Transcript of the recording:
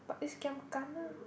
but it's giam kena